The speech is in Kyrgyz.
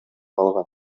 алгам